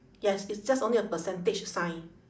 yes it's just only a percentage sign